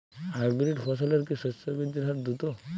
Hybrid ফসলের কি শস্য বৃদ্ধির হার দ্রুত?